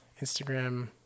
Instagram